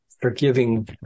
forgiving